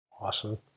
Awesome